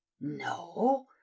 No